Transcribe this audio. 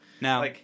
Now